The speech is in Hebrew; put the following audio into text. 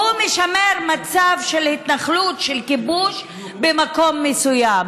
והוא משמר מצב של התנחלות, של כיבוש, במקום מסוים.